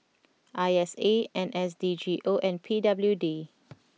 I S A N S D G O and P W D